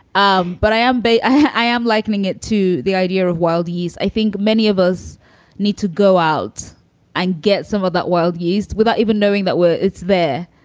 um but i am. but i am likening it to the idea of wild years. i think many of us need to go out and get some of that world used without even knowing that it's there.